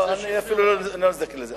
אני לא אזדקק לזה.